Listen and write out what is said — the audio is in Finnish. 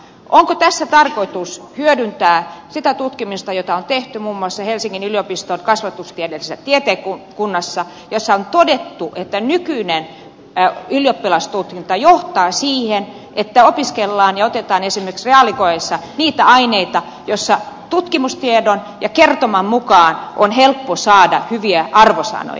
onko tässä tarkoitus hyödyntää sitä tutkimusta jota on tehty muun muassa helsingin yliopiston kasvatustieteellisessä tiedekunnassa jossa on todettu että nykyinen ylioppilastutkinto johtaa siihen että opiskellaan ja otetaan esimerkiksi reaalikokeessa niitä aineita joissa tutkimustiedon ja kertoman mukaan on helppo saada hyviä arvosanoja